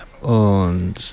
und